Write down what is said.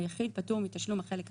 היחיד פטור מתשלום החלק החסר.